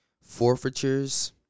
Forfeitures